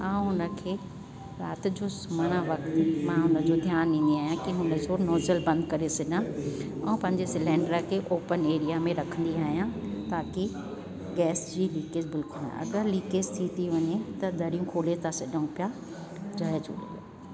ऐं हुनखे राति जो सुम्हणु वक़्त ई मां हुन जो ध्यानु ॾींदी आहियां की हुन जो नोज़ल बंदि करे छॾियां ऐं पंहिंजे सिलैंडर के ओपन एरिया में रखंदी आहियां ताकी गैस जी लीकेज बिल्कुलु न अगरि लीकेज थी ति वञे त दरियूं खोले था छॾूं पिया जय झूलेलाल